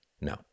No